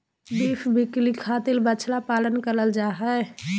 beef बिक्री खातिर बछड़ा पालन करल जा हय